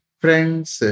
friends